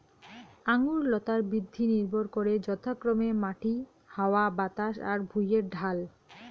আঙুর লতার বৃদ্ধি নির্ভর করে যথাক্রমে মাটি, হাওয়া বাতাস আর ভুঁইয়ের ঢাল